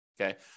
okay